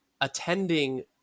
attending